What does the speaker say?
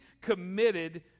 committed